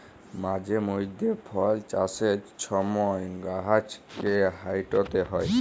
মাঝে মইধ্যে ফল চাষের ছময় গাহাচকে ছাঁইটতে হ্যয়